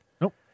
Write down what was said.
Nope